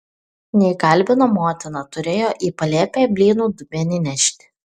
neįkalbino motina turėjo į palėpę blynų dubenį nešti